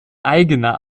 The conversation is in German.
eigener